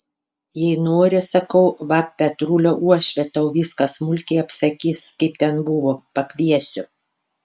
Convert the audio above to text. jei nori sakau va petrulio uošvė tau viską smulkiai apsakys kaip ten buvo pakviesiu